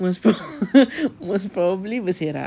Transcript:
most most probably berselerak